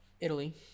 Italy